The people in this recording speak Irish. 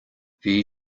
bhí